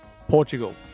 Portugal